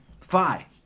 Phi